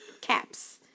caps